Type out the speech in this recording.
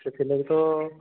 ସେଥିର୍ ଲାଗି ତ